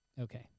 Okay